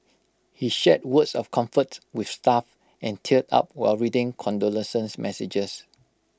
he shared words of comfort with staff and teared up while reading condolence messages